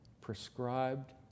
prescribed